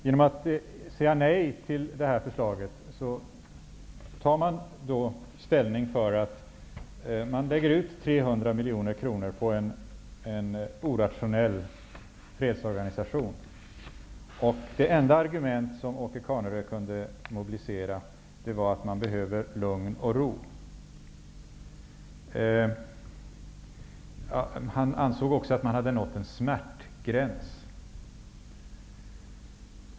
Genom att säga nej till det här förslaget tar man ställning för att 300 miljoner kronor läggs ut på en orationell fredsorganisation. Det enda argument som Åke Carnerö kunde mobilisera för detta var att man behöver lugn och ro. Han ansåg också att vi hade nått en smärtgräns.